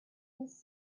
his